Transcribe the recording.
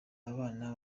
abana